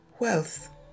Wealth